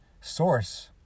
source